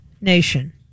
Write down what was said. nation